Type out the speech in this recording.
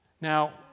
Now